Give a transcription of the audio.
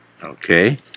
Okay